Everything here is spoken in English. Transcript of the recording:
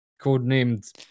codenamed